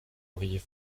auriez